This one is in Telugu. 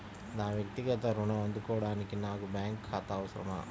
నా వక్తిగత ఋణం అందుకోడానికి నాకు బ్యాంక్ ఖాతా అవసరమా?